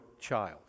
child